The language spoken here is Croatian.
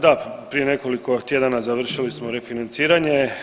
Da, prije nekoliko tjedana završili smo refinanciranje.